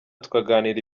tukaganira